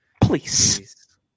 Please